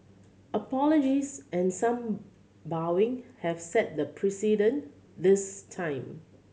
apologies and some bowing have set the precedent this time